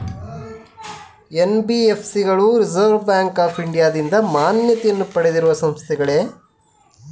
NBFC ಗಳು reserve bank of ಇಂಡಿಯಾದಿಂದ ಮಾನ್ಯತೆ ಪಡೆದಿರುವ ಸಂಸ್ಥೆಗಳೇ?